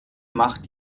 macht